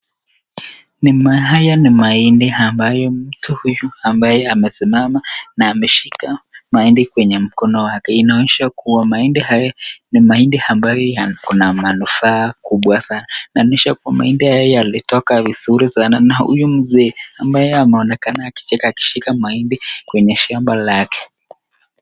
Ni haya ni mahindi ambayo mtu huyu ambaye amesimama na ameshika mahindi kwenye mkono wake. Inaonyesha kuwa mahindi haya ni mahindi ambayo yana manufaa kubwa sana. Na inaonyesha kuwa mahindi haya yalitoka vizuri sana na huyu mzee ambaye ameonekana akicheka akishika mahindi kwenye shamba lake.